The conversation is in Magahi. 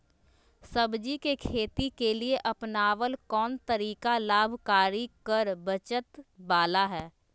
सब्जी के खेती के लिए अपनाबल कोन तरीका लाभकारी कर बचत बाला है?